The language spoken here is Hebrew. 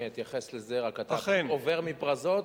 אני אתייחס לזה, רק שאתה עובר מ"פרזות"